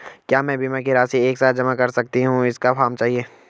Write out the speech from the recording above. क्या मैं बीमा की राशि एक साथ जमा कर सकती हूँ इसका फॉर्म चाहिए?